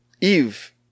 Eve